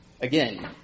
Again